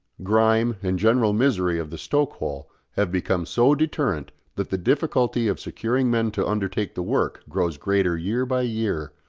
grime, and general misery of the stoke-hole have become so deterrent that the difficulty of securing men to undertake the work grows greater year by year,